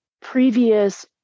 previous